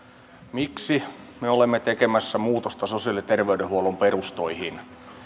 miksi me olemme tekemässä muutosta sosiaali ja terveydenhuollon perustoihin